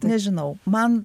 nežinau man